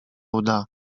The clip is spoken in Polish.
uda